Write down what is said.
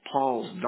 Paul's